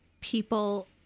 people